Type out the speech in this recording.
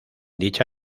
dicha